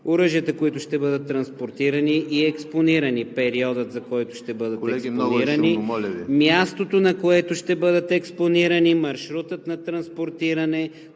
оръжията, които ще бъдат транспортирани и експонирани; периодът, за който ще бъдат експонирани; мястото, на което ще бъдат експонирани; маршрутът на транспортиране;